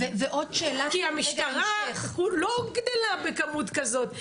כי המשטרה לא גדלה בכמות כזאת.